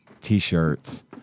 T-shirts